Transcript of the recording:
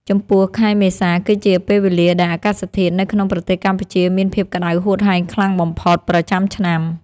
ចំពោះ ខែមេសាគឺជាពេលវេលាដែលអាកាសធាតុនៅក្នុងប្រទេសកម្ពុជាមានភាពក្តៅហួតហែងខ្លាំងបំផុតប្រចាំឆ្នាំ។